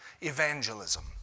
evangelism